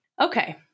Okay